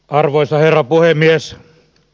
arvoisa herra puhemies